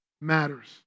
matters